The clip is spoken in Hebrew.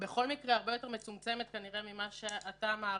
בכל מקרה הרבה יותר מצומצמת ממה שאתה מעריך,